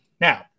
now